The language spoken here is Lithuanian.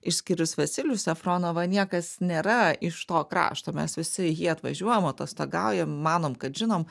išskyrus vasilijų safronovą niekas nėra iš to krašto mes visi į jį atvažiuojam atostogaujam manom kad žinom